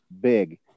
big